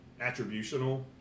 Attributional